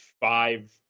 five